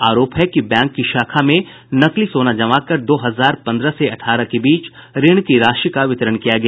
आरोप है कि बैंक की शाखा में नकली सोना जमाकर दो हजार पंद्रह से अठारह के बीच ऋण की राशि का वितरण किया गया